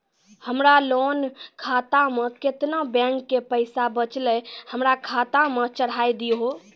हमरा लोन खाता मे केतना बैंक के पैसा बचलै हमरा खाता मे चढ़ाय दिहो?